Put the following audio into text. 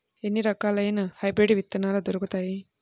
ఎన్ని రకాలయిన హైబ్రిడ్ విత్తనాలు దొరుకుతాయి?